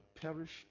perish